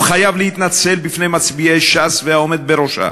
הוא חייב להתנצל בפני מצביעי ש"ס והעומד בראשה.